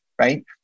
right